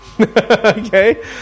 Okay